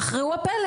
אך ראו הפלא,